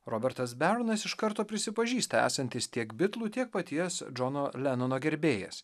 robertas beronas iš karto prisipažįsta esantis tiek bitlų tiek paties džono lenono gerbėjas